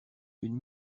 une